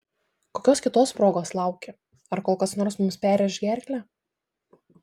kokios kitos progos lauki ar kol kas nors mums perrėš gerklę